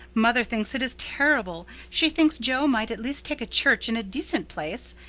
mother thinks it is terrible she thinks jo might at least take a church in a decent place.